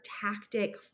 tactic